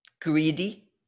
greedy